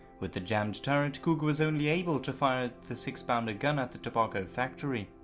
with the jammed turret, cougar was only able to fire the six pounder gun at the tobacco factory.